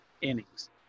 innings